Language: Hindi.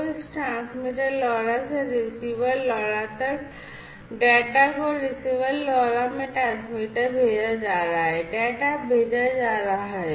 तो इस ट्रांसमीटर LoRa से रिसीवर LoRa तक डेटा को रिसीवर LoRa में ट्रांसमीटर भेजा जा रहा है डेटा भेजा जा रहा है